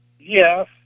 Yes